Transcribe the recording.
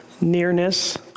nearness